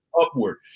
Upward